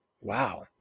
wow